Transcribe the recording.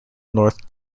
north